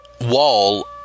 wall